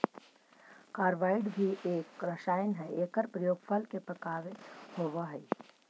carbide भी एक रसायन हई एकर प्रयोग फल के पकावे होवऽ हई